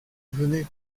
venez